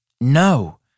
No